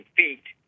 feet